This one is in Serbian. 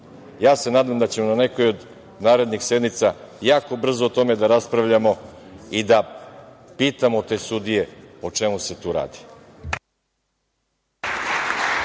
Ja se nadam da ćemo na nekoj od narednih sednica jako brzo o tome da raspravljamo i da pitamo te sudije o čemu se tu radi.